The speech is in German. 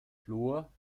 fluor